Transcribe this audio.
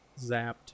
zapped